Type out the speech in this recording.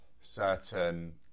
certain